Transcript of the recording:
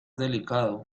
delicado